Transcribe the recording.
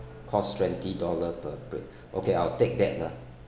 costs twenty dollar per plate okay I'll take that lah